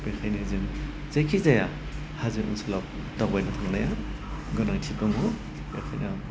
बेखायनो जों जायखि जाया हाजो ओनसोलाव दावबायनो थांनाया गोनांथि दङ बेखायनो आं